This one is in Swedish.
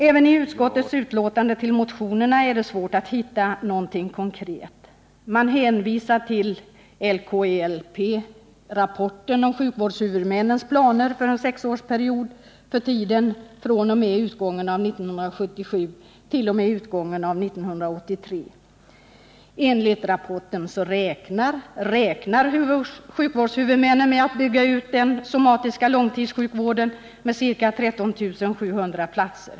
Även i utskottets utlåtande över motionen är det svårt att hitta någonting konkret. Man hänvisar till LKELP-rapporten om sjukvårdshuvudmännens planer för en sexårsperiod omfattande tiden fr.o.m. utgången av 1977 t. 0. m. utgången av 1983. Enligt rapporten räknar sjukvårdshuvudmännen med att bygga ut den somatiska långtidssjukvården med ca 13 700 platser.